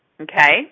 okay